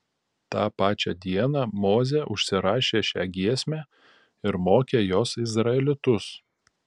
tą pačią dieną mozė užsirašė šią giesmę ir mokė jos izraelitus